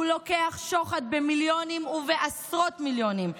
הוא לוקח שוחד במיליונים ובעשרות מיליונים.